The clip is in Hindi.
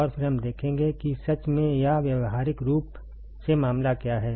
और फिर हम देखेंगे कि सच में या व्यावहारिक रूप से मामला क्या है